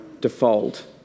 default